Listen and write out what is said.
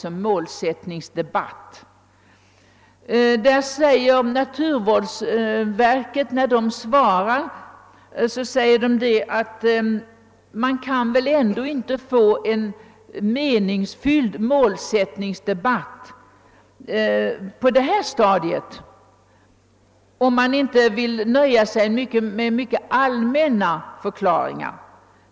Och naturvårdsverket skriver i sitt remissvar att man inte kan få en meningsfylld målsättningsdebatt på detta stadium, om man inte vill nöja sig med mycket allmänna förklaringar.